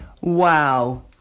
Wow